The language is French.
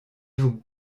vous